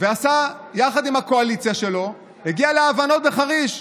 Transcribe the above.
ויחד עם הקואליציה שלו הגיע להבנות בחריש: